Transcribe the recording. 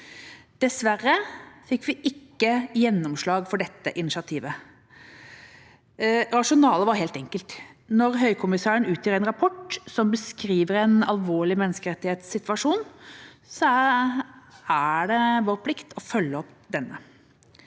Dessverre fikk vi ikke gjennomslag for dette initiativet. Rasjonalet var helt enkelt: Når Høykommissæren utgir en rapport som beskriver en alvorlig menneskerettighetssituasjon, er det vår plikt å følge opp denne.